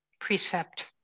precept